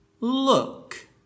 Look